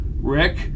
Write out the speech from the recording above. Rick